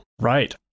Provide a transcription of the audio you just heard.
Right